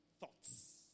Thoughts